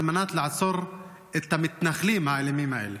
מנת לעצור את המתנחלים האלימים האלה.